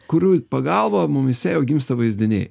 kurių pagalba mumyse jau gimsta vaizdiniai